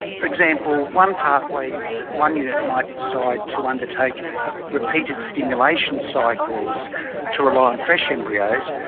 for example, one pathway that one unit might decide to undertake repeated stimulation cycles to rely on fresh embryos,